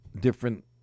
different